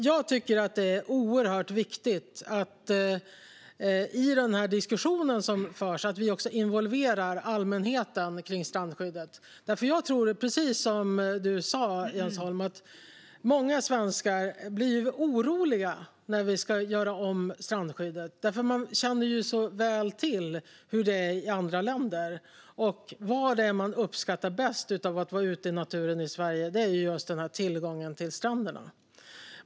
Jag tycker att det är oerhört viktigt att vi i den diskussion som förs om strandskyddet också involverar allmänheten. Jag tror, precis som du sa, Jens Holm, att många svenskar blir oroliga när vi ska göra om strandskyddet. Man känner väl till hur det är i andra länder, och det man uppskattar bäst ute i naturen i Sverige är just tillgången till stränderna.